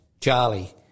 Charlie